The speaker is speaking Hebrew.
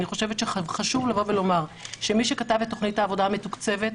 אני חושבת שחשוב לומר שמי שכתב את תכנית העבודה המתוקצבת,